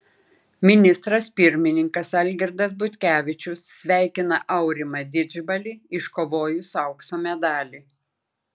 ministras pirmininkas algirdas butkevičius sveikina aurimą didžbalį iškovojus aukso medalį